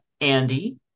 Andy